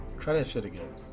try that shit again.